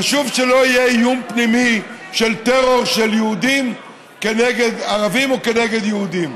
חשוב שלא יהיה איום פנימי של טרור של יהודים כנגד ערבים או כנגד יהודים.